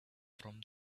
from